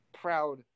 proud